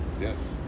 Yes